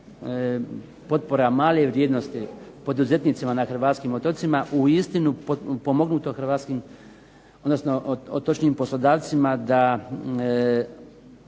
potpora male vrijednosti poduzetnicima na Hrvatskim otocima uistinu potpomognuto, odnosno otočnim poslodavcima da